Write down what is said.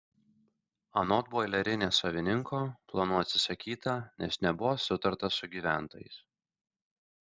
anot boilerinės savininko planų atsisakyta nes nebuvo sutarta su gyventojais